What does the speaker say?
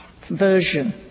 version